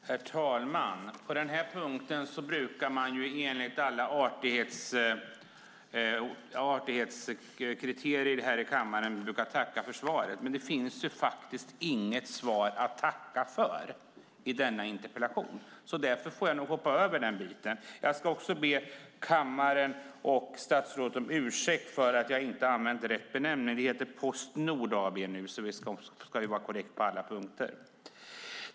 Herr talman! På den här punkten brukar man enligt alla artighetskriterier här i kammaren tacka för svaret. Men det finns faktiskt inget svar att tacka för när det gäller denna interpellation, och därför får jag hoppa över den biten. Jag ska också be kammaren och statsrådet om ursäkt för att jag inte använt rätt benämning. Det heter Post Nord AB nu. Det ska vara korrekt på alla punkter.